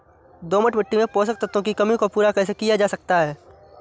दोमट मिट्टी में पोषक तत्वों की कमी को पूरा कैसे किया जा सकता है?